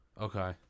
Okay